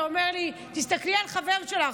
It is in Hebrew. אתה אומר לי: תסתכלי על חבר שלך.